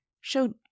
showed